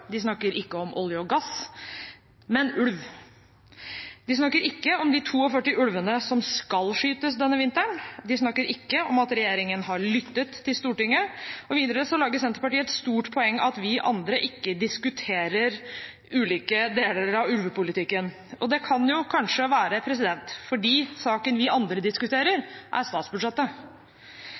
de 42 ulvene som skal skytes denne vinteren, og ikke om at regjeringen har lyttet til Stortinget. Videre lager Senterpartiet et stort poeng av at vi andre ikke diskuterer ulike deler av ulvepolitikken. Det kan kanskje være fordi saken vi andre diskuterer, er statsbudsjettet.